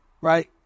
right